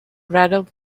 rattled